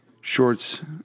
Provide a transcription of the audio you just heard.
Shorts